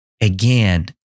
again